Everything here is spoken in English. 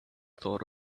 thought